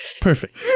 Perfect